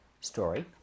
story